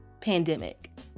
pandemic